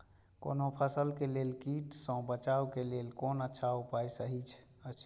कोनो फसल के लेल कीट सँ बचाव के लेल कोन अच्छा उपाय सहि अछि?